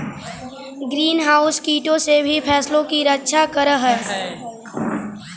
green house कीटों से भी फसलों की रक्षा करअ हई